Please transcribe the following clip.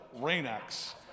Rain-X